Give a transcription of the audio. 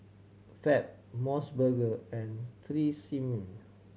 Fab Mos Burger and Tresemme